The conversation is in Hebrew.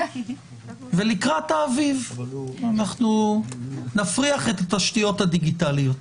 ולקראת האביב אנחנו נפריח את התשתיות הדיגיטליות.